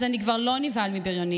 אז אני כבר לא נבהל מבריונים,